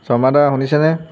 শৰ্মাদা শুনিছেনে